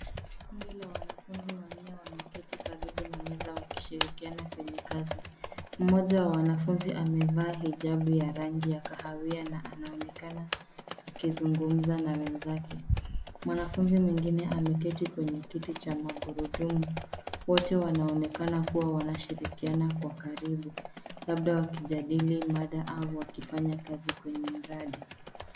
Kundi la wanafunzi wanne wameketi karibu na meza wakishirikiana kwenye kazi. Mmoja wa wanafunzi amevaa hijabu ya rangi ya kahawia na anaonekana akizungumza na wenzake. Mwanafunzi mwingine ameketi kwenye kiti cha magurudumu, wote wanaonekana kuwa wanashirikiana kwa karibu labda wakijadili mada au wakifanya kazi kwenye mradi.